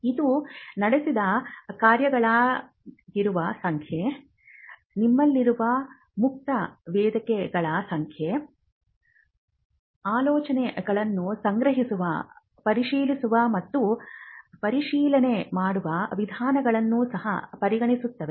ಇದು ನಡೆಸಿದ ಕಾರ್ಯಾಗಾರಗಳ ಸಂಖ್ಯೆ ನಿಮ್ಮಲ್ಲಿರುವ ಮುಕ್ತ ವೇದಿಕೆಗಳ ಸಂಖ್ಯೆ ಆಲೋಚನೆಗಳನ್ನು ಸಂಗ್ರಹಿಸುವ ಪರಿಶೀಲಿಸುವ ಮತ್ತು ಪರಿಶೀಲನೆ ಮಾಡುವ ವಿಧಾನಗಳನ್ನು ಸಹ ಪರಿಗಣಿಸುತ್ತದೆ